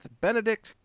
Benedict